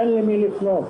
אין למי לפנות.